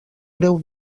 breu